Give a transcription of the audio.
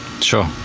Sure